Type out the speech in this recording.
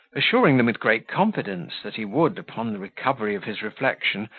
assuring them with great confidence that he would, upon the recovery of his reflection,